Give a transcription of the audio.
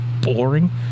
boring